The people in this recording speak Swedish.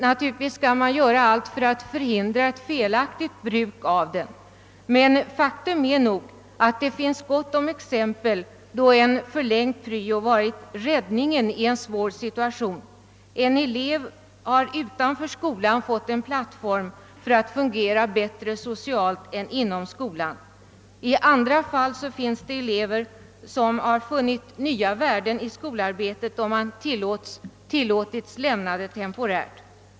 Naturligtvis bör man göra allt för att förhindra ett felaktigt bruk av tilläggspryon, men faktum är att det finns gott om exempel där en förlängd pryo varit räddningen i en svår situation. En elev har utanför skolan fått en plattform för att socialt fungera bättre än inom skolan. I andra fall har elever funnit nya värden i skolarbetet när de tillåtits lämna det temporärt.